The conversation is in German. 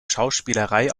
schauspielerei